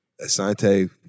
Asante